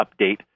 update